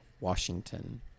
Washington